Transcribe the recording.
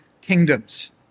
kingdoms